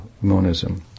monism